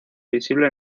visible